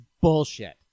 bullshit